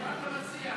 מה אתה מציע?